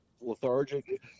lethargic